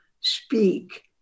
speak